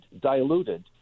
diluted